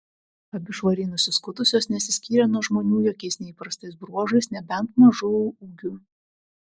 abi švariai nusiskutusios nesiskyrė nuo žmonių jokiais neįprastais bruožais nebent mažu ūgiu